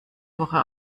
woche